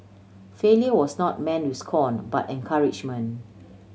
failure was not met with scorn but encouragement